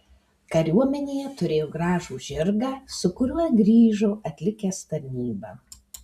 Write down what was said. kariuomenėje turėjo gražų žirgą su kuriuo grįžo atlikęs tarnybą